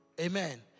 Amen